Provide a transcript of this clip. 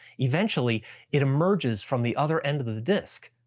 eventually it emerges from the other end of the the disk.